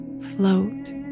float